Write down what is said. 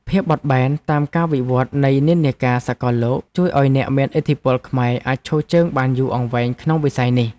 ភាពបត់បែនតាមការវិវឌ្ឍនៃនិន្នាការសកលលោកជួយឱ្យអ្នកមានឥទ្ធិពលខ្មែរអាចឈរជើងបានយូរអង្វែងក្នុងវិស័យនេះ។